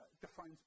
defines